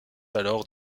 alors